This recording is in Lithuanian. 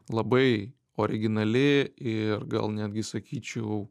labai originali ir gal netgi sakyčiau